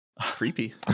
creepy